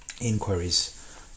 inquiries